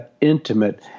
intimate